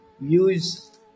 use